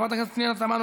חברת הכנסת פנינה תמנו,